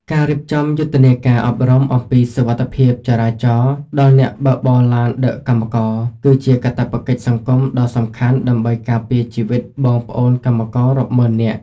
ការរៀបចំយុទ្ធនាការអប់រំអំពីសុវត្ថិភាពចរាចរណ៍ដល់អ្នកបើកបរឡានដឹកកម្មករ គឺជាកាតព្វកិច្ចសង្គមដ៏សំខាន់ដើម្បីការពារជីវិតបងប្អូនកម្មកររាប់ម៉ឺននាក់។